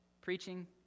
preaching